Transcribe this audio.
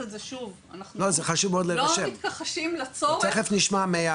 אנחנו לא מתכחשים לצורך.